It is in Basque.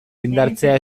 indartzea